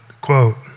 quote